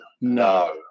no